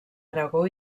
aragó